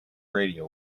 radio